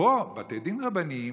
ופה בתי דין רבניים,